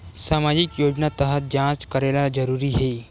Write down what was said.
सामजिक योजना तहत जांच करेला जरूरी हे